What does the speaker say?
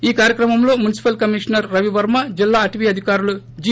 ఈ కార్యక్రమంలో municipal commissioner రవివర్శ జిల్లా అటవీ అధికారులు జి